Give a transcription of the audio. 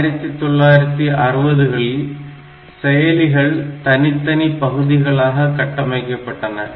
1960 களில் செயலிகள் தனித்தனி பகுதிகளாக கட்டமைக்கப்பட்டன